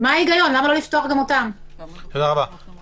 אי אפשר להמשיך לסגור את